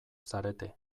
zarete